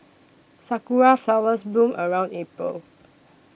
sakura flowers bloom around April